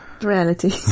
reality